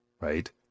right